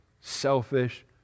selfish